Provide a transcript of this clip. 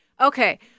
Okay